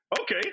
okay